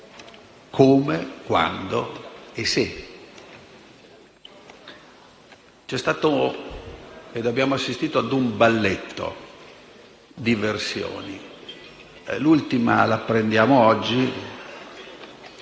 come, quando e se.